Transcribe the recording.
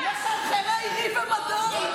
מחרחרי ריב ומדון.